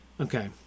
Okay